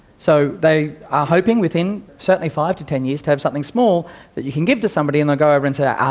so they are hoping within certainly five to ten years, to have something small that you can give to somebody and they'll go over and say,